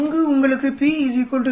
அங்கு உங்களுக்கு p 0